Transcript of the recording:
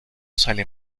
sale